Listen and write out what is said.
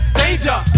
danger